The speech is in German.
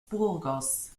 burgos